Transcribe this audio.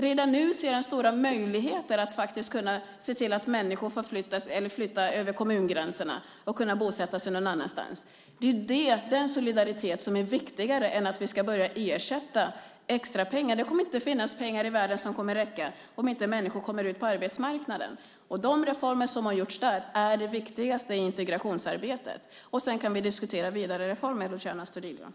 Redan nu ser han stora möjligheter att kunna se till att människor flyttar över kommungränserna och kan bosätta sig någon annanstans. Den solidariteten är viktigare än att ersätta med extrapengar. Det kommer inte att finnas de pengar i världen som kommer att räcka om inte människor kommer ut på arbetsmarknaden. De reformer som har gjorts där är det viktigaste i integrationsarbetet. Sedan kan vi diskutera vidare reformer, Luciano Astudillo.